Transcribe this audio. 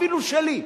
אפילו שלי.